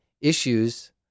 issues